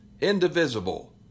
indivisible